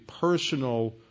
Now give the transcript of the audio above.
personal